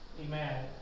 Amen